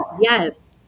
Yes